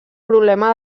problema